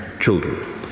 children